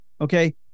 Okay